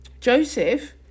Joseph